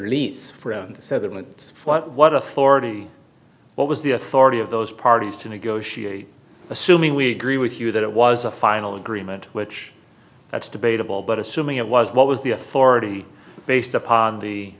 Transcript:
authority what was the authority of those parties to negotiate assuming we agree with you that it was a final agreement which that's debatable but assuming it was what was the authority based upon the